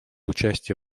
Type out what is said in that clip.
участие